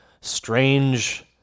strange